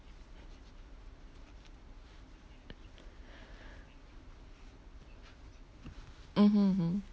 mmhmm mmhmm